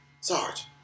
Sarge